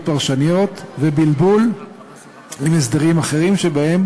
פרשניות ובלבול עם הסדרים אחרים שבהם